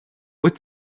wyt